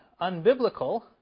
unbiblical